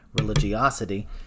religiosity